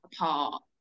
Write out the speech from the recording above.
apart